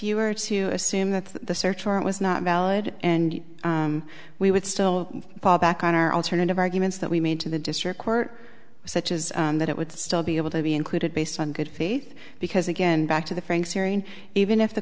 you were to assume that the search warrant was not valid and we would still fall back on our alternative arguments that we made to the district court such as that it would still be able to be included based on good faith because again back to the